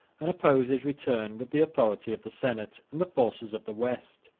and oppose his return with the authority of the senate and the forces of the west.